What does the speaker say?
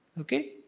Okay